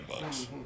Bucks